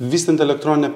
vystant elektroninę